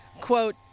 Quote